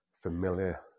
Familiar